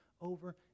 over